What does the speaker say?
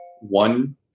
one